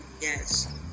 yes